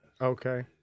Okay